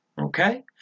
Okay